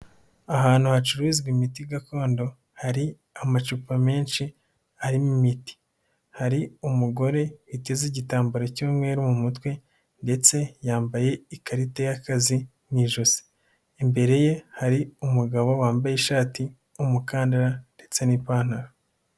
Ahantu hacuruzwa imiti gakondo hari amacupa menshi ari imiti, hari umugore witeze igitambaro cy'umweru mu mutwe ndetse yambaye ikarita y'akazi mu ijosi, imbere ye hari umugabo wambaye ishati, umukandara ndetse n'ipantaro.